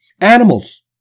Animals